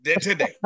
today